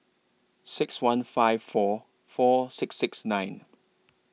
six one five four four six six nine